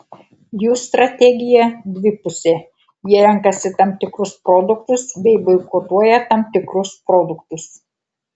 jų strategija dvipusė jie renkasi tam tikrus produktus bei boikotuoja tam tikrus produktus